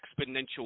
exponential